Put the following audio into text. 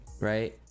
right